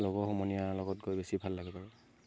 লগৰ সমনীয়াৰ লগত গৈ বেছি ভাল লাগে বাৰু